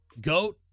goat